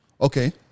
Okay